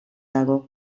dago